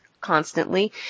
constantly